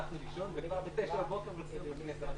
זה נכון כי טיסות זה דבר חשוב, אבל אני